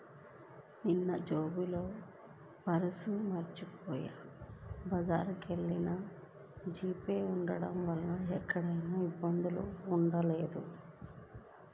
నిన్నజేబులో పర్సు మరచిపొయ్యి బజారుకెల్లినా జీపే ఉంటం వల్ల ఎక్కడా ఇబ్బంది ఎదురవ్వలేదు